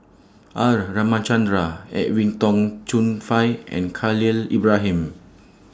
R Ramachandran Edwin Tong Chun Fai and Khalil Ibrahim